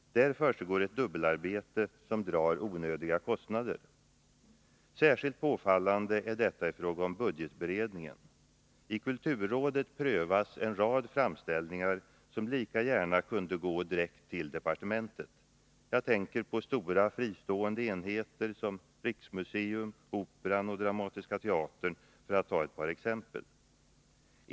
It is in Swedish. Där försiggår ett dubbelarbete som drar onödiga kostnader. Särskilt påfallande är detta i fråga om budgetberedningen. I kulturrådet prövas en rad framställningar som lika gärna kunde gå direkt till departementet. Jag tänker på stora fristående enheter som riksmuseum, Operan och Dramatiska teatern, för att ta ett par exempel.